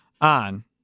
on